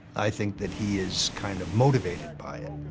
i think that he is kind of motivated by it.